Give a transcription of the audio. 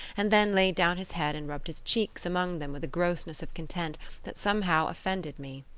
and then laid down his head and rubbed his cheeks among them with a grossness of content that somehow offended me.